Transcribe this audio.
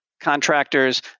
contractors